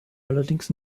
allerdings